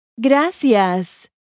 Gracias